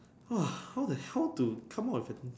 !wah! how the hell to come up with a